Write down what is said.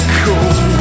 cold